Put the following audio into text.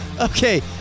Okay